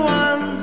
one